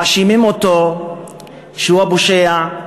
מאשימים אותו שהוא הפושע,